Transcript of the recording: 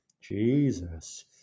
jesus